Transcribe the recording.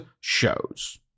shows